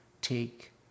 take